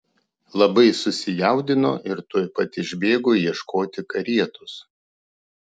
labai susijaudino ir tuoj pat išbėgo ieškoti karietos